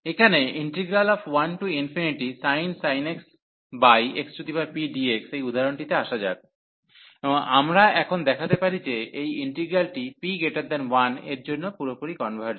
এখানে 1sin x xpdx এই উদাহরণটিতে আসা যাক এবং আমরা এখন দেখাতে পারি যে এই ইন্টিগ্রালটি p 1 এর জন্য পুরোপুরি কনভার্জ হয়